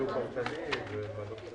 חשובה בעיניי כולנו מתוך כבוד, אבל ודאי